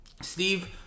Steve